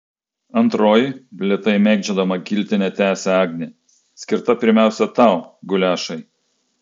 antroji lėtai mėgdžiodama giltinę tęsia agnė skirta pirmiausia tau guliašai